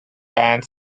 band